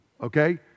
Okay